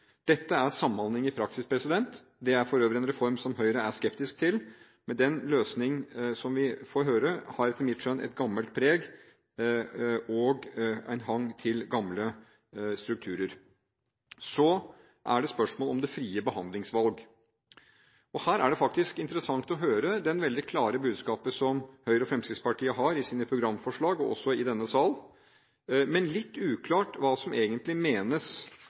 Dette er samhandling i praksis. Det er for øvrig en reform som Høyre er skeptisk til. Men den løsning vi får høre, har etter mitt skjønn et gammelt preg og en hang til gamle strukturer. Så er det spørsmålet om det frie behandlingsvalg. Det er interessant å høre det veldig klare budskapet Høyre og Fremskrittspartiet har i sine programforslag og også i denne sal, men det er litt uklart hva som egentlig menes